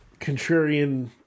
contrarian